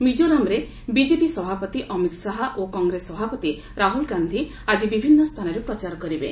ମିକୋରାମ୍ରେ BJP ସଭାପତି ଅମିତ୍ ଶାହା ଓ କଂଗ୍ରେସ ସଭାପତି ରାହୁଲ୍ ଗାନ୍ଧି ଆଜି ବିଭିନ୍ନ ସ୍ଥାନରେ ପ୍ରଚାର କରିବେ